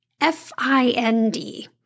F-I-N-D